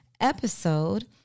episode